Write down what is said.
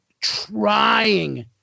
trying